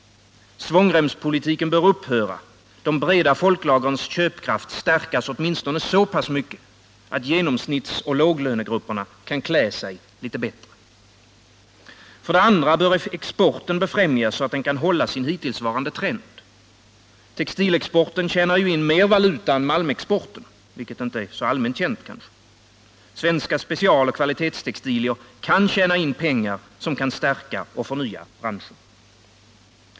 Svångremspolitiken bör upphöra, de breda folklagrens köpkraft stärkas åtminstone så pass mycket att genomsnittsoch lågelönegrupperna kan klä sig litet bättre. För det andra bör exporten befrämjas, så att den kan hålla sin hittillsvarande trend. Textilexporten tjänar ju in mer valuta än malmexporten — vilket kanske inte är så allmän känt. Svenska specialoch kvalitetstextilier kan tjäna in pengar som kan stärka och förnya branschen.